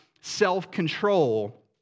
self-control